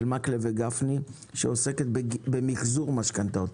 של מקלב וגפני שעוסקת במחזור משכנתאות,